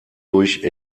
durch